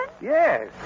Yes